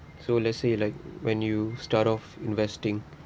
so let's say like when you start of investing